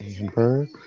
Amber